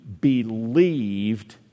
believed